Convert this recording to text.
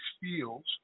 fields